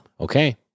Okay